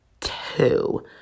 two